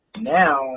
Now